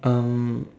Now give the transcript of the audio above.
um